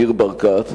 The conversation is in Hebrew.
ניר ברקת,